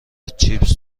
چیپس